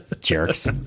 Jerks